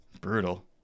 Brutal